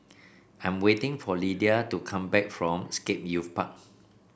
I am waiting for Lyda to come back from Scape Youth Park